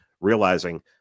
realizing